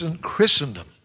Christendom